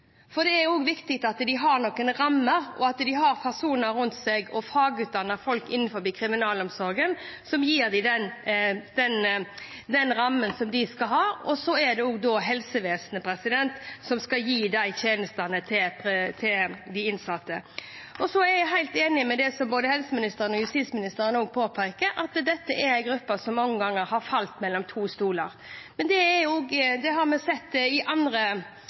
for det er også viktig at de har personer rundt seg, fagutdannede folk innenfor kriminalomsorgen, som gir dem den rammen som de skal ha. Så er det helsevesenet som skal gi de innsatte de tjenestene. Jeg er helt enig i det som både helseministeren og justisministeren påpeker, at dette er en gruppe som mange ganger har falt mellom to stoler. Det har vi også sett i forbindelse med andre